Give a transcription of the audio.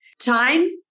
Time